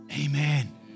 Amen